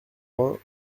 vingt